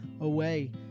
away